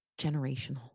generational